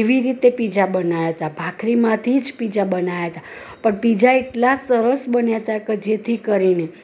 એવી રીતે પિત્ઝા બનાવ્યા હતા ભાખરીમાંથી જ પિત્ઝા બનાવ્યા હતા પણ પિત્ઝા એટલા સરસ બન્યા હતા કે જેથી કરીને